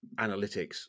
analytics